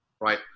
right